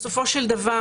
בסופו של דבר,